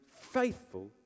faithful